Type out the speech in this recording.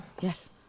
Yes